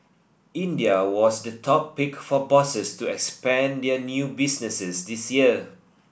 India was the top pick for bosses to expand their new businesses this year